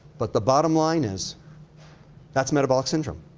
but the bottom line is that's metabolic syndrome.